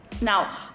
Now